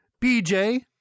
bj